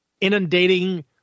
inundating